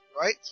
Right